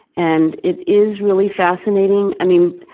and it is really fascinating i mean,